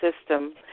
system